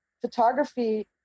photography